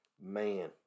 Man